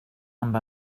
amb